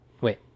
Wait